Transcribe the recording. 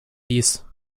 dies